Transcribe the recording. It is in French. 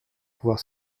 pouvoir